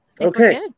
Okay